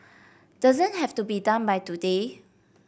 doesn't have to be done by today